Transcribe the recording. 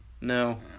No